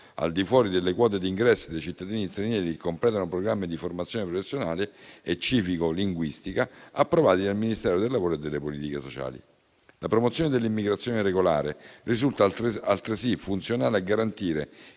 al di fuori delle quote di ingresso i cittadini stranieri che completano programmi di formazione professionale e civico-linguistica approvati dal Ministero del lavoro e delle politiche sociali. La promozione dell'immigrazione regolare risulta altresì funzionale a garantire